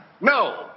No